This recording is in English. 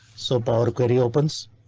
so power query opens.